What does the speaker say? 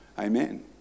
Amen